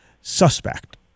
suspect